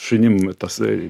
šunim tas